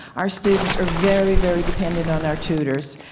our students are very, very dependent on our tutors.